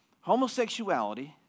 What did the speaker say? Homosexuality